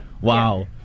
wow